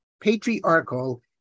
patriarchal